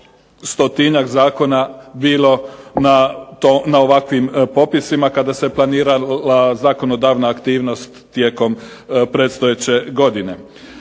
stotinjak zakona bilo na ovakvim popisima kada se planirala zakonodavna aktivnost tijekom predstojeće godine.